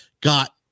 got